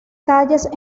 calles